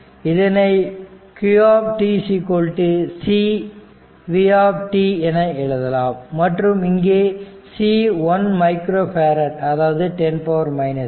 இதனை q c v என எழுதலாம் மற்றும் இங்கே c 1 மைக்ரோ பேரட் அதாவது 10 6